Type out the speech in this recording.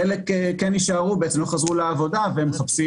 חלק כן נשארו, בעצם לא חזרו לעבודה והם מחפשים